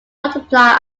multiply